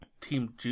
team